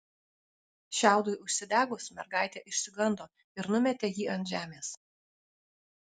šiaudui užsidegus mergaitė išsigando ir numetė jį ant žemės